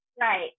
right